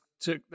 took